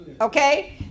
Okay